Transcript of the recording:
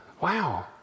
Wow